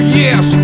yes